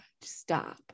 stop